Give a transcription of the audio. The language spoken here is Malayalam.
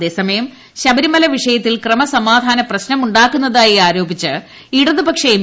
അതേസമയം ശബരിമല വിഷയത്തിൽ ക്രമസ്മാധാന പ്രശ്നമുണ്ടാക്കുന്നതായി ആരോപിച്ച് ഇടതു പക്ഷ എം